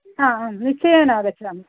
आम् निश्चयेन आगच्छामि